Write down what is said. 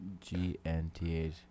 G-N-T-H